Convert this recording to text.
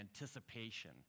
anticipation